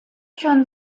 schon